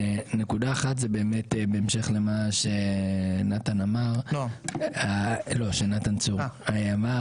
שני דברים נוספים: נקודה אחת היא בהמשך למה שנתן צור אמר: